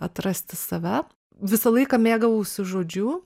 atrasti save visą laiką mėgavausi žodžiu